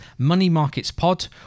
moneymarketspod